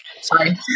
sorry